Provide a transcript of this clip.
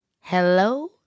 Hello